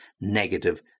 negative